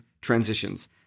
transitions